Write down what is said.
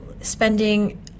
spending